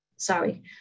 Sorry